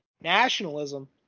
nationalism